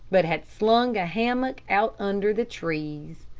but had slung a hammock out under the trees.